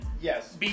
Yes